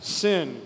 sin